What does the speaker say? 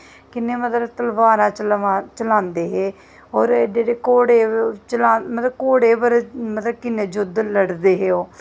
कि'यां मतलब तलवारां चलांदे हे होर एड्डे एड्डे घोड़े मतलब घोड़े मतलब कि'न्ना युद्ध लड़दे हे ओह्